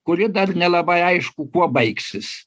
kuri dar nelabai aišku kuo baigsis